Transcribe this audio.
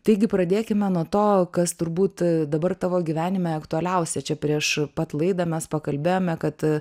taigi pradėkime nuo to kas turbūt dabar tavo gyvenime aktualiausia čia prieš pat laidą mes pakalbėjome kad